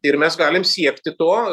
ir mes galim siekti to